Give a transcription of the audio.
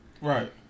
Right